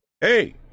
Hey